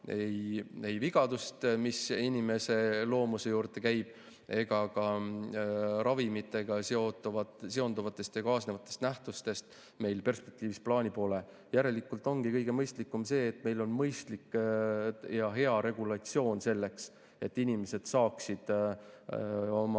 ei vigadest, mis inimese loomuse juurde käivad, ega ka ravimitega seonduvatest ja kaasnevatest nähtustest meil perspektiivis plaani pole. Järelikult ongi kõige mõistlikum see, kui meil oleks mõistlik ja hea regulatsioon selleks, et inimesed saaksid oma